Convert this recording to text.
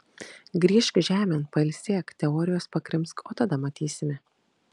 grįžk žemėn pailsėk teorijos pakrimsk o tada matysime